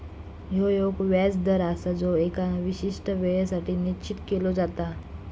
ह्यो एक व्याज दर आसा जो एका विशिष्ट येळेसाठी निश्चित केलो जाता